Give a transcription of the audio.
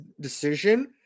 decision